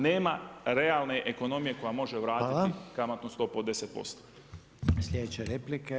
Nema realne ekonomije koja može vratiti kamatnu stopu od 10%